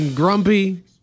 Grumpy